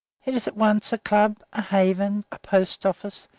it is at once a club, a haven, a post-office,